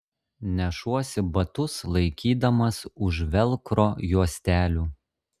nešuosi batus laikydamas už velkro juostelių